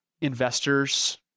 investors